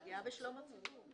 פגיעה בשלום הציבור.